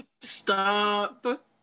Stop